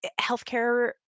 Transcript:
healthcare